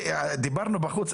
דיברנו בחוץ,